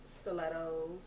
stilettos